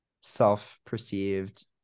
self-perceived